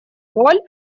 роль